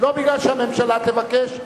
לא מפני שהממשלה תבקש,